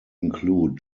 include